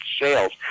sales